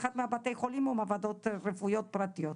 באחד מבתי החולים או מעבדות רפואיות פרטיות.